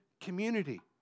community